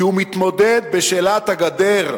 כי הוא מתמודד בשאלת הגדר,